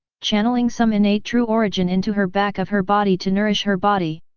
channeling some innate true origin into her back of her body to nourish her body.